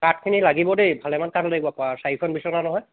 কাঠখিনি লাগিব দেই ফালেমান কাঠ লাগিব পা চাৰিখন বিছনা নহয়